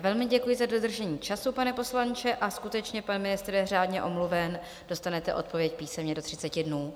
Velmi děkuji za dodržení času, pane poslanče, a skutečně, pan ministr je řádně omluven, dostanete odpověď písemně do 30 dnů.